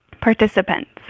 participants